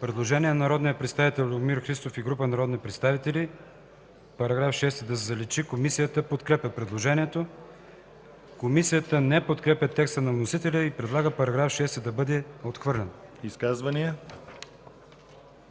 Предложение на народния представител Любомир Христов и група народни представители –§ 35 да се заличи. Комисията подкрепя предложението. Комисията не подкрепя текста на вносителя и предлага § 35 да бъде отхвърлен. ПРЕДСЕДАТЕЛ